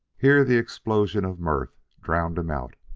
here the explosion of mirth drowned him out.